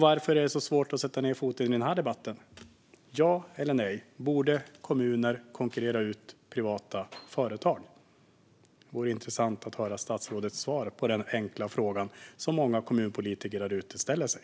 Var-för är det så svårt att sätta ned foten i den här debatten? Ja eller nej, borde kommuner konkurrera ut privata företag? Det vore intressant att höra statsrådets svar på den enkla frågan, som många kommunpolitiker därute ställer sig.